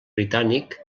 britànic